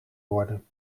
worden